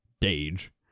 Dage